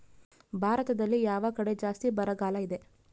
ಭಾರತದಲ್ಲಿ ಯಾವ ಕಡೆ ಜಾಸ್ತಿ ಬರಗಾಲ ಇದೆ?